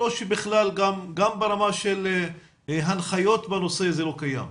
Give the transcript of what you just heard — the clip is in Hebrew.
או שבכלל גם ברמה של הנחיות בנושא, זה לא קיים?